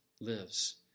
lives